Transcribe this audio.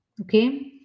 okay